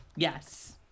Yes